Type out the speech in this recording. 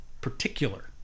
particular